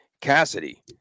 Cassidy